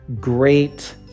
great